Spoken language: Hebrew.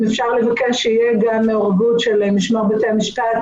אם אפשר לבקש שתהיה גם מעורבות של משמר בתי המשפט